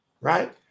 right